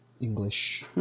English